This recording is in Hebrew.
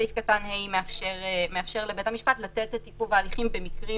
סעיף קטן (ה) מאפשר לבית המשפט לתת את עיכוב ההליכים במקרים